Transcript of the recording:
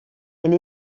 elle